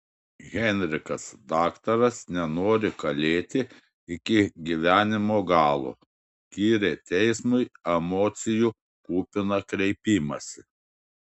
henrikas daktaras nenori kalėti iki gyvenimo galo skyrė teismui emocijų kupiną kreipimąsi